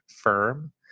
firm